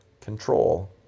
control